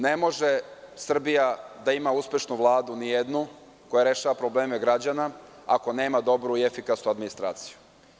Ne može Srbija da ima nijednu uspešnu Vladu, koja rešava probleme građana, ako nema dobru i efikasnu administraciju.